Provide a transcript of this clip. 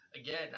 Again